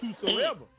whosoever